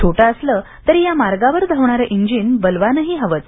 छोटं असलं तरी या मार्गावर इंजिन बलवानही हवंच